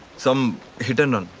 some hit-n-run!